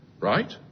Right